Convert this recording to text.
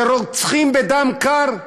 של רוצחים בדם קר.